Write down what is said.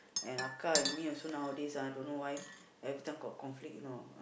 and and me also nowadays ah don't know why every time got conflict you know